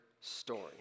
story